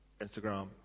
Instagram